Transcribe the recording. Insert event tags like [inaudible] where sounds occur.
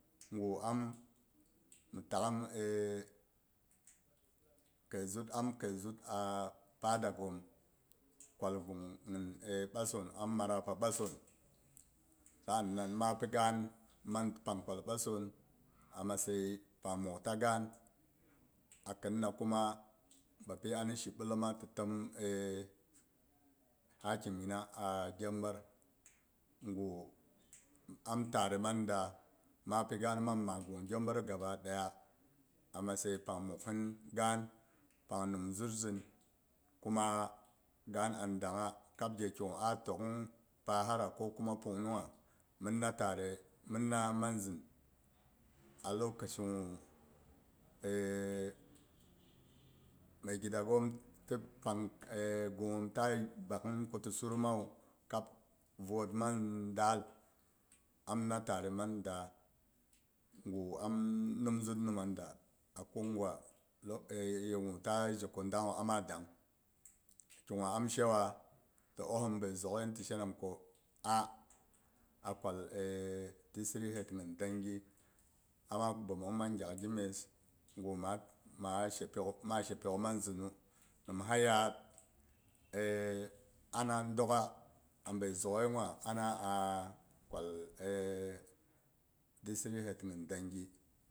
Nguh am mhi takhim [hesitation] kai zut am kai zuut [hesitation] pada ghom kwal gung ghin [hesitation] bassan am marapa basson saan nan ma pi ga'an mang pankwal basson a matsayi pang mukta ga'an. A khin na kuma bapi ani shi ɓullimma ti tim [hesitation] hakimi a gyambar guh am tare mang da, ma pi ga'an mang ma gung gyambar gaba gaba daya a matsayi pang muksin ga'an, pang nim zut zin, kuma gaan an dang ha kap geh ki guh a tokhn hu pahara ko kuma pung nung ha mhinna tare m. hin na manzin a lokacin guh [hesitation] mai gida ghom ti pang [hesitation] gunghom taa bakhim ku ti surima wu kab root mang ndaal am na tare mang da guh am nim zut nima da a ko gwa lo eh ye guh ta je ko dang hu amma daang. Ki gwa am shewa ti ossim bai zoghai ni ti she nam ko ah, a kwal [hesitation] district head min dengi ammma bommung mang gyak gi mess guh maa she pyok mang zinu. Nimha yad [hesitation] ana dookha a bai zoghai gwa ana [hesitation] kwal [hesitation] district head nhim dengi